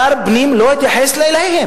החתך, שיהיה חתך פנימי ולא חתך כללי,